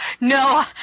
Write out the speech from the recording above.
no